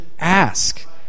ask